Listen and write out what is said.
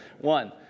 One